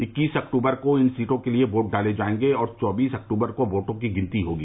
इक्कीस अक्तूबर को इन सीटो के लिये वोट डाले जायेंगे और चौबीस अक्तूबर को वोटों की गिनती होगी